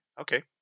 Okay